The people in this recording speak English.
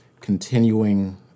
continuing